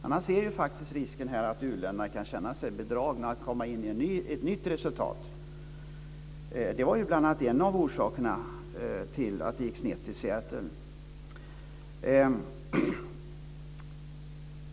Jag ser annars en risk för att u-länderna kan känna sig bedragna och behöva komma in i ett nytt resultat. Det var en av orsakerna till att det gick snett i Seattle.